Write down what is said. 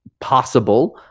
possible